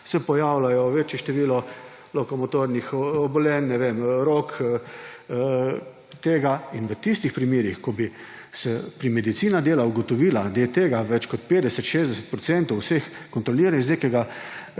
se pojavlja večje število lokomotornih obolenj, ne vem, rok. In v primerih, ko bi medicina dela ugotovila, da je tega več kot 50, 60 % vseh kontroliranih z nekega